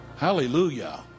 hallelujah